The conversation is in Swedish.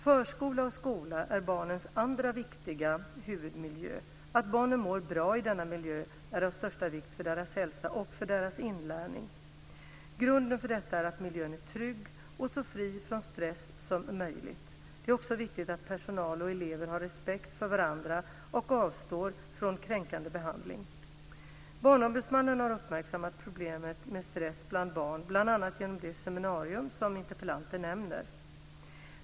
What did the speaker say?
Förskola och skola är barnens andra viktiga huvudmiljö. Att barnen mår bra i denna miljö är av största vikt för deras hälsa och för deras inlärning. Grunden för detta är att miljön är trygg och så fri från stress som möjligt. Det är också viktigt att personal och elever har respekt för varandra och avstår från kränkande behandling. Barnombudsmannen har uppmärksammat problemet med stress bland barn bl.a. genom det seminarium som interpellanten nämner.